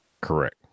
Correct